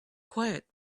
quiet